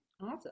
awesome